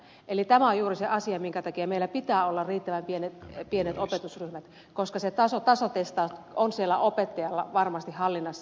eli tämä on juuri se asia minkä takia meillä pitää olla riittävän pienet opetusryhmät koska se tasotestaus on siellä opettajalla varmasti hallinnassa